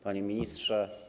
Panie Ministrze!